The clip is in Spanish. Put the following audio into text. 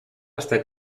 hasta